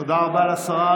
תודה רבה לשרה.